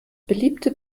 beliebte